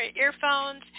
earphones